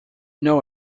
know